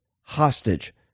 Hostage